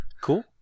Cool